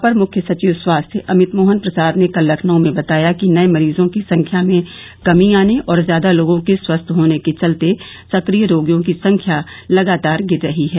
अपर मुख्य सचिव स्वास्थ्य अमित मोहन प्रसाद ने कल लखनऊ में बताया कि नये मरीजों की संख्या में कमी आने और ज्यादा लोगों के स्वस्थ होने के चलते सक्रिय रोगियों की संख्या लगातार गिर रही है